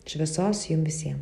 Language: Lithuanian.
šviesos jum visiem